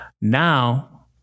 now